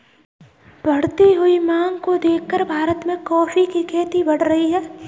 बढ़ती हुई मांग को देखकर भारत में कॉफी की खेती बढ़ रही है